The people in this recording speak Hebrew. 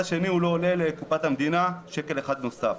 הוא לא עולה לקופת המדינה שקל אחד נוסף.